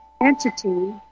entity